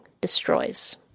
destroys